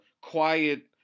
quiet